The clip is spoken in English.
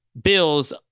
bills